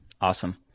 Awesome